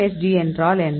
RMSD என்றால் என்ன